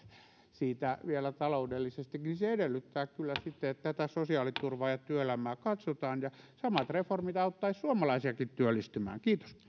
siitä vielä taloudellisestikin edellyttää kyllä sitten että tätä sosiaaliturvaa ja työelämää katsotaan samat reformit auttaisivat suomalaisiakin työllistymään